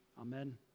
amen